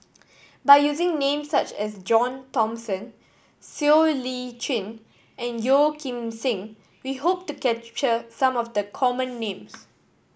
by using names such as John Thomson Siow Lee Chin and Yeo Kim Seng we hope to capture some of the common names